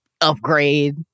upgrade